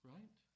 Right